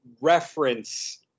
reference